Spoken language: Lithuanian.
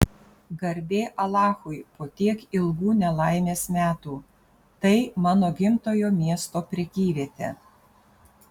garbė alachui po tiek ilgų nelaimės metų tai mano gimtojo miesto prekyvietė